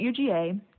UGA